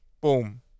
Boom